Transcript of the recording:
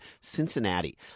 Cincinnati